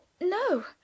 no